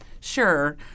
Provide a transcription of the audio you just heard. Sure